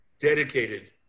dedicated